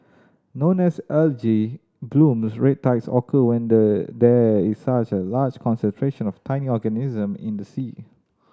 known as algae blooms red tides occur when there there is such a large concentration of tiny organisms in the sea